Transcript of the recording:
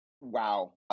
wow